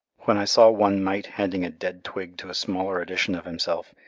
when i saw one mite handing a dead twig to a smaller edition of himself,